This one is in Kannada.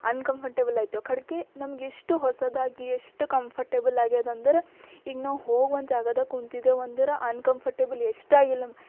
ಅನ್ಕಂಫಂಟೇಬಲ್ ಆಗ್ತೇವೆ ಕಡ್ಕೆ ನಮ್ಗೆಷ್ಟು ಹೊಸದಾಗಿ ಎಷ್ಟು ಕಂಫಟೆಬಲ್ ಆಗೇದಂದ್ರೆ ಈಗ ನಾವು ಹೋಗಿ ಒಂದು ಜಾಗದಾಗ ಕೂತಿದ್ದೇವಂದ್ರೆ ಅನ್ಕಂಫಟೆಬಲ್ ಎಷ್ಟೂ ಆಗಿಲ್ಲ ನಮ್ಗೆ